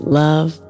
love